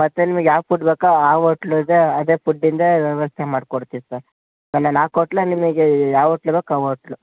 ಮತ್ತೆ ನಿಮಿಗೆ ಯಾವ ಫುಡ್ ಬೇಕೋ ಆ ಓಟ್ಲದ್ದೇ ಅದೆ ಫುಡ್ಡಿಂದೆ ವ್ಯವಸ್ಥೆ ಮಾಡ್ಕೊಡ್ತಿನಿ ಸರ್ ನಿನ್ನೆ ನಾಲ್ಕು ಓಟ್ಲ್ ನಿಮಿಗೆ ಯಾವ ಓಟ್ಲ್ ಬೇಕು ಆ ಓಟ್ಲು